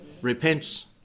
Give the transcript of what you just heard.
repents